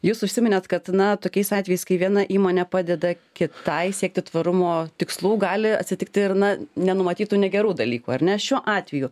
jūs užsiminėt kad na tokiais atvejais kai viena įmonė padeda kitai siekti tvarumo tikslų gali atsitikti ir na nenumatytų negerų dalykų ar ne šiuo atveju